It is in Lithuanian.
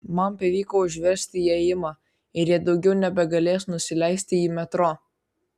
man pavyko užversti įėjimą ir jie daugiau nebegalės nusileisti į metro